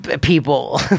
people